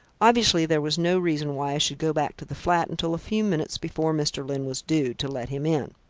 obviously there was no reason why i should go back to the flat until a few minutes before mr. lyne was due, to let him in.